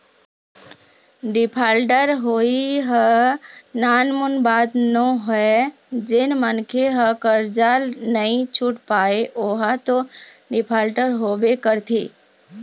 defaulter होवई ह नानमुन बात नोहय जेन मनखे ह करजा नइ छुट पाय ओहा तो डिफाल्टर होबे करथे